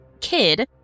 kid